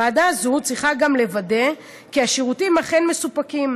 ועדה זו צריכה גם לוודא כי השירותים אכן מסופקים,